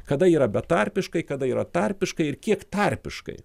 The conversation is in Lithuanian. kada yra betarpiškai kada yra tarpiškai ir kiek tarpiškai